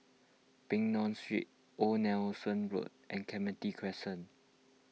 Peng Nguan Street Old Nelson Road and Clementi Crescent